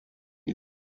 hand